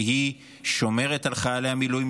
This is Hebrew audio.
שהיא שומרת על חיילי המילואים,